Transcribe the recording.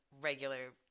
regular